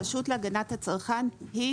הרשות להגנת הצרכן היא